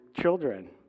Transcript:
children